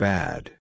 Bad